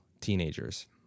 teenagers